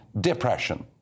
depression